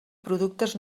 productes